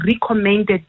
recommended